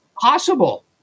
possible